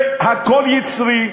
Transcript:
והכול יצרי,